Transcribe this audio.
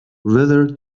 whether